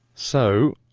so,